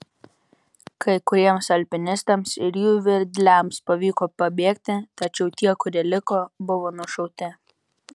kai kuriems alpinistams ir jų vedliams pavyko pabėgti tačiau tie kurie liko buvo nušauti